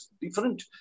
different